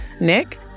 Nick